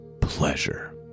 pleasure